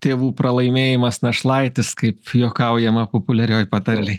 tėvų pralaimėjimas našlaitis kaip juokaujama populiarioj patarlėj